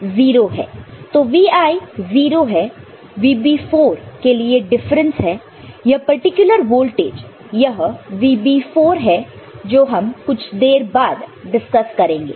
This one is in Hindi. तो Vi 0 है VB4 के लिए डिफरेंस है यह पर्टिकुलर वोल्टेज यह VB4 है जो हम कुछ देर बाद डिसकस करेंगे